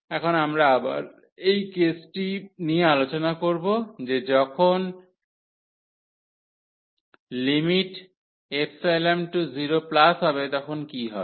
এখন আমরা আবার কেসটি নিয়ে আলোচনা করব যে যখন ϵ→0 হবে তখন কী হবে